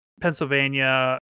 Pennsylvania